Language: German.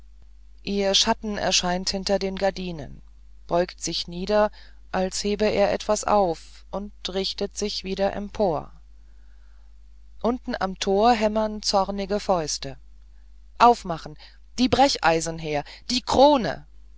ihr schatten erscheint hinter den gardinen beugt sich nieder als hebe er etwas auf und richtet sich wieder empor unten am tor hämmern zornige fäuste aufmachen die brecheisen her die krone